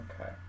okay